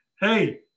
Hey